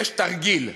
יש תרגיל,